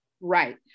Right